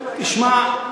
תשמע,